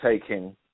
taking